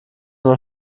noch